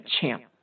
champ